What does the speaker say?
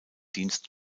dienst